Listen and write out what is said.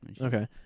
Okay